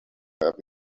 happy